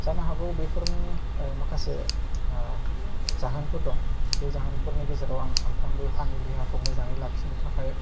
जानो हागौ बेफोरनि माखासे जाहोनफोर दं बे जाहोनफोरनि गेजेराव आं सानफ्रोमबो आंनि देहाखौ मोजाङै लाखिनो थाखाय